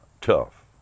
tough